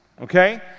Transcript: okay